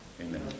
Amen